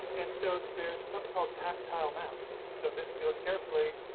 and so there's something called tactile maps. so this if you look carefully,